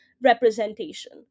representation